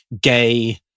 gay